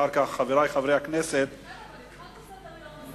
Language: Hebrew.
ואחר כך, חברי חברי הכנסת, התחלנו סדר-יום.